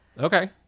Okay